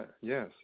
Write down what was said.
Yes